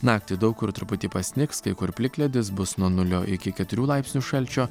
naktį daug kur truputį pasnigs kai kur plikledis bus nuo nulio iki keturių laipsnių šalčio